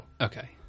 Okay